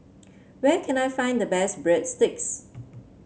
where can I find the best Breadsticks